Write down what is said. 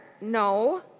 No